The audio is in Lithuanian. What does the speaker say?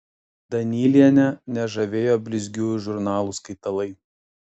danylienę nežavėjo blizgiųjų žurnalų skaitalai